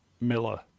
Miller